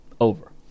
Over